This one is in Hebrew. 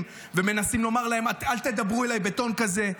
ומנסים לומר להם: אל תדברו אליי בטון כזה.